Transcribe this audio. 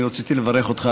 אני רציתי לברך אותך,